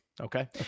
Okay